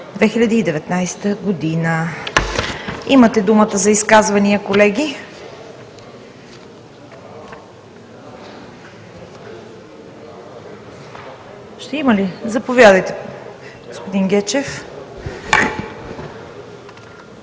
2019 г. Имате думата за изказвания, колеги. Заповядайте, господин Гечев.